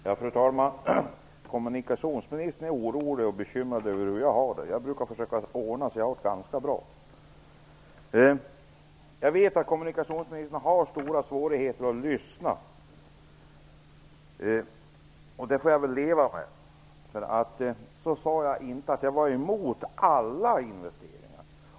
Fru talman! Kommunikationsministern är orolig och bekymrad över hur jag har det. Jag brukar försöka ordna så att jag har det ganska bra. Jag vet att kommunikationsministern har stora svårigheter att lyssna. Det får jag väl leva med. Jag sade inte att jag var emot alla investeringar.